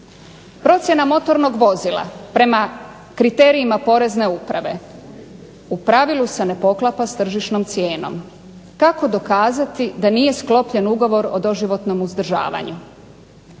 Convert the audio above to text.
Procjena motornog vozila prema kriterijima porezne uprave u pravilu se ne poklapa s tržišnom cijenom. Kako dokazati da nije sklopljen ugovor o doživotnom uzdržavanju?